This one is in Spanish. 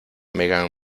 megan